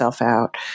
out